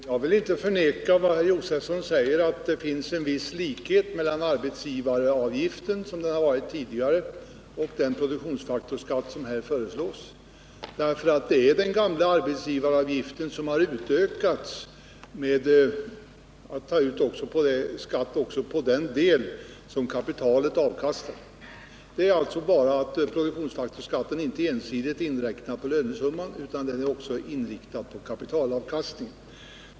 Herr talman! Jag vill inte bestrida vad herr Josefson säger — att det finns en viss likhet mellan arbetsgivaravgiften, som den har varit, och den produktionsfaktorsskatt som här föreslås. Det är den gamla arbetsgivaravgiften som har utökats så att man tar ut skatt också på den del som kapitalet avkastar. Det är alltså bara det att produktionsfaktorsskatten inte ensidigt är inriktad på lönesumman utan att den också är inriktad på kapitalavkastningen.